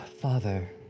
Father